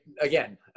again